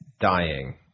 dying